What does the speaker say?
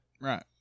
right